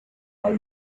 all